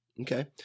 Okay